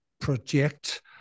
project